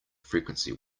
frequency